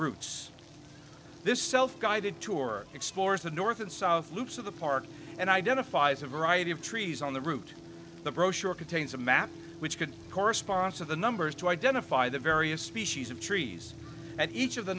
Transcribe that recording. roots this self guided tour explores the north and south loops of the park and identifies a variety of trees on the route the brochure contains a map which could correspond to the numbers to identify the various species of trees at each of the